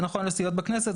זה נכון לסיעות בכנסת,